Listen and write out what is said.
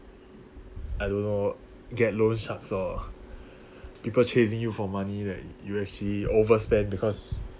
I don't know get loan sharks or people chasing you for money that you actually overspend because